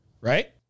right